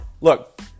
Look